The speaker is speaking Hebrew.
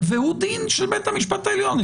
והוא דין של בית המשפט העליון.